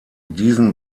diesen